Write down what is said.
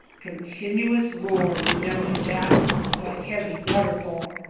continuous roar, resembling that of a heavy waterfall.